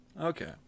Okay